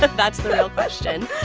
but that's the real question.